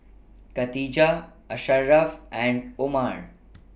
Katijah Asharaff and Omar